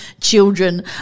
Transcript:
children